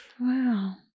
Wow